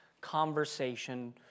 conversation